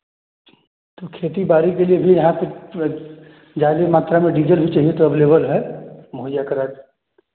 तो खेती बारी के लिए भी यहाँ पर जाली मात्रा में डीजल भी चाहिए तो अवेलेबल है मोहइया करा